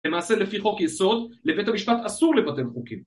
למעשה לפי חוק יסוד, לבית המשפט אסור לבטל חוקים.